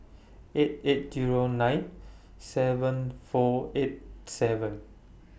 eight eight Zero nine seven four eight seven